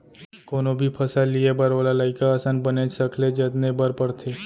कोनो भी फसल लिये बर ओला लइका असन बनेच सखले जतने बर परथे